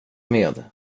med